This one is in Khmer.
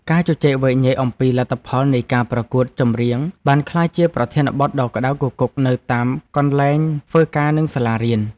ការជជែកវែកញែកអំពីលទ្ធផលនៃការប្រកួតចម្រៀងបានក្លាយជាប្រធានបទដ៏ក្តៅគគុកនៅតាមកន្លែងធ្វើការនិងសាលារៀន។